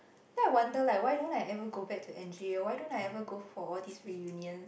then I wonder like why don't I ever go back to N_J or why don't I ever go for all these reunions